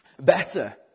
Better